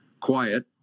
quiet